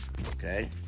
Okay